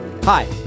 Hi